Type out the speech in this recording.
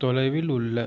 தொலைவில் உள்ள